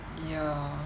ya